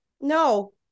no